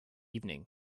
evening